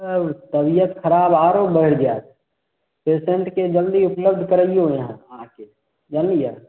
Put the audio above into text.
आउ तबिअत खराब आरो बढ़ि जाएत पेशेन्टके जल्दी उपलब्ध करैऔ यहाँ अहाँ से जनलियै